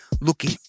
looking